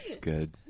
Good